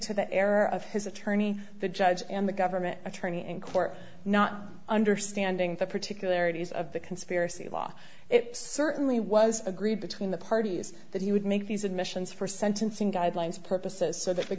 to the error of his attorney the judge and the government attorney in court not understanding the particular eddy's of the conspiracy law it certainly was agreed between the parties that he would make these admissions for sentencing guidelines purposes so that the